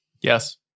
Yes